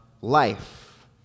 life